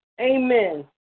amen